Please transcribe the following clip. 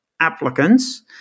applicants